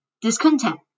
discontent